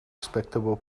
respectable